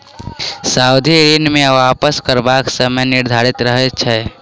सावधि ऋण मे वापस करबाक समय निर्धारित रहैत छै